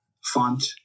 font